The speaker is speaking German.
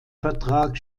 vertrag